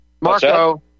Marco